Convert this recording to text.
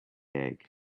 egg